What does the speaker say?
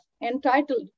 entitled